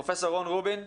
פרופסור רון רובין,